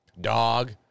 Dog